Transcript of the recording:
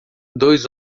dois